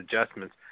adjustments